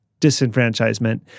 disenfranchisement